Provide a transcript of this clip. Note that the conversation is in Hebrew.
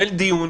ללא דיון,